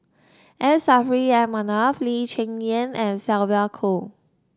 M Saffri A Manaf Lee Cheng Yan and Sylvia Kho